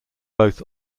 both